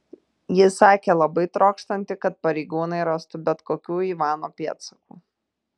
ji sakė labai trokštanti kad pareigūnai rastų bent kokių ivano pėdsakų